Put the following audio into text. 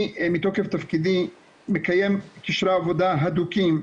אני מתוקף תפקידי מקיים קשרי עבודה הדוקים,